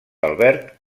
albert